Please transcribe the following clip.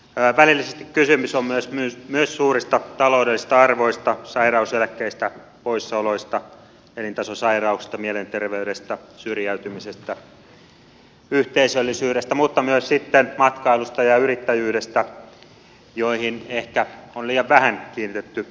välillisesti kysymys on myös suurista taloudellisista arvoista sairauseläkkeistä poissaoloista elintasosairauksista mielenterveydestä syrjäytymisestä yhteisöllisyydestä mutta myös sitten matkailusta ja yrittäjyydestä joihin ehkä on liian vähän kiinnitetty liikuntanäkökulmasta huomiota